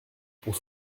pour